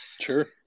sure